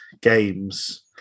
Games